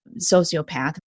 sociopath